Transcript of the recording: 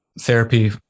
therapy